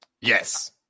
Yes